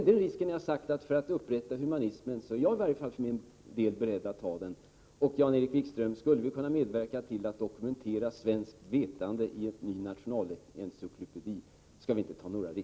För att upprätta humanismen har i varje fall jag sagt att jag för min del är beredd att ta den risken. Och, Jan-Erik Wikström, skulle vi inte också kunna ta risken att medverka till att dokumentera svenskt vetande i en ny nationalencyklopedi?